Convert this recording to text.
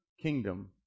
kingdom